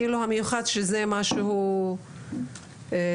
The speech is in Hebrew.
המיוחד שזה משהו טוב,